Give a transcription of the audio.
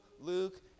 Luke